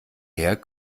her